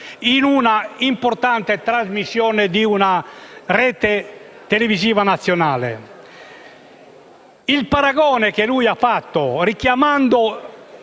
in un'importante trasmissione di una rete televisiva nazionale. Il paragone che ha fatto, richiamando